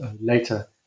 later